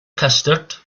custard